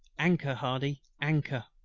anchor, hardy, anchor!